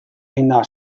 eginda